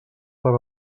per